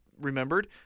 remembered